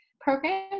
program